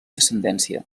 descendència